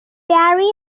parry